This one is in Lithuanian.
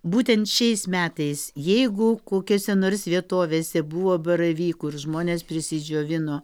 būtent šiais metais jeigu kokiose nors vietovėse buvo baravykų ir žmonės prisidžiovino